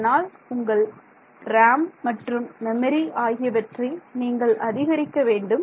அதனால் உங்கள் RAM மற்றும் மெமரி ஆகியவற்றை நீங்கள் அதிகரிக்கவேண்டும்